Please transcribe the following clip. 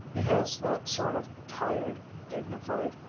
he has that sort of tired, dignified,